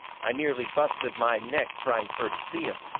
i nearly busted my neck trying fur to see him,